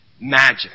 magic